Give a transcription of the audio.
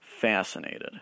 fascinated